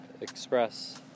express